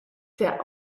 der